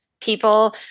people